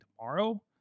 tomorrow